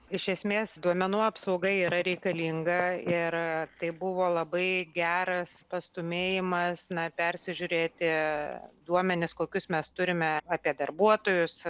iš esmės duomenų apsauga yra reikalinga ir tai buvo labai geras pastūmėjimas na persižiūrėti duomenis kokius mes turime apie darbuotojus